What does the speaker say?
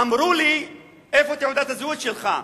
אמרו לי: איפה תעודת הזהות שלך?